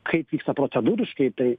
kaip vyksta procedūriškai tai